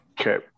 Okay